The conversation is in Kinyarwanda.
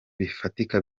bifatika